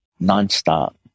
nonstop